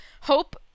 Hope